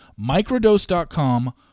microdose.com